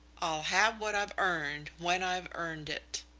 i'll have what i've earned, when i've earned it.